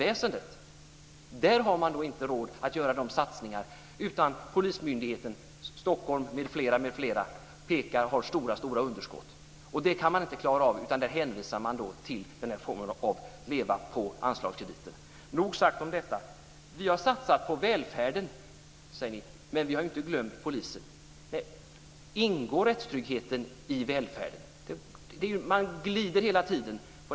Ändå har man inte råd att göra satsningar på polisväsendet, utan polismyndigheten i Stockholm m.fl. har stora underskott. Det kan man inte klara av, utan man hänvisar till att myndigheten ska leva på anslagskrediter. Nog sagt om detta. Vi har satsat på välfärden, säger ni, men vi har inte glömt polisen. Ingår rättstryggheten i välfärden? Man glider hela tiden.